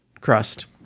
crust